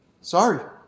sorry